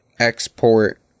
export